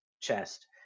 chest